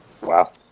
Wow